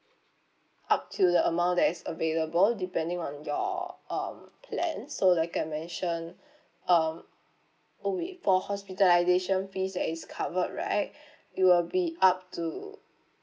up to the amount that is available depending on your um plans so like I mentioned um oh wait for hospitalisation fees that is covered right it will be up to